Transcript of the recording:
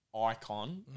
icon